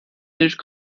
nicht